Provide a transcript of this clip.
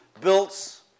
built